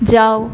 যাও